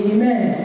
Amen